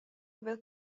aver